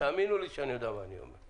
תאמינו לי שאני יודע מה אני אומר.